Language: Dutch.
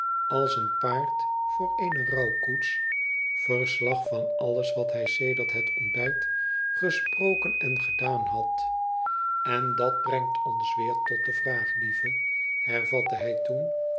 als een paard voor eene rouwkoets verslag van alles wat hij sedert het ontbijt gesproken en gedaan had n dat brengt ons weer tot de vraag lieve hervatte hij toen